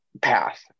path